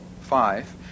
five